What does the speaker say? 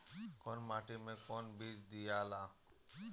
कौन माटी मे कौन बीज दियाला?